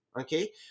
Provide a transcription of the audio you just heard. okay